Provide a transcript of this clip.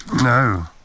No